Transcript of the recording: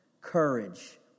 Courage